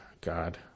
god